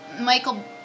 Michael